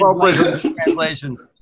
translations